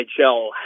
NHL